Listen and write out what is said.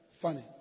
funny